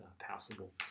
passable